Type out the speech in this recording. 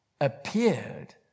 appeared